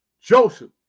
Joseph